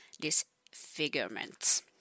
disfigurements